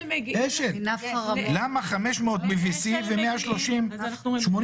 למה 500 ב-VC ו-130 לא?